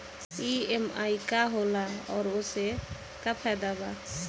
EMI का होला और ओसे का फायदा बा?